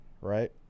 right